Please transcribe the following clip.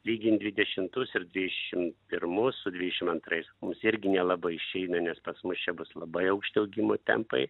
lygint dvidešimtus ir dvidešim pirmus su dvidešim antrais mums irgi nelabai išeina nes pas mus čia bus labai aukšti augimo tempai